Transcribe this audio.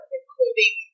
including